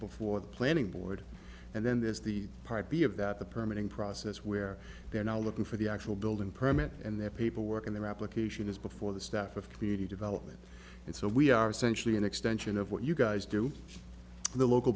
the planning board and then there's the part b of that the permanent process where they're now looking for the actual building permit and their paperwork and their application is before the staff of community development and so we are essentially an extension of what you guys do the local